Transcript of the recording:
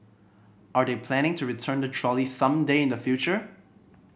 are they planning to return the trolley some day in the future